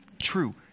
True